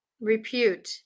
repute